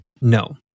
No